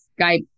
Skype